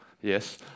Yes